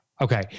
Okay